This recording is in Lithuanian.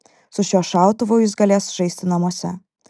su šiuo šautuvu jis galės žaisti namuose